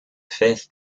faith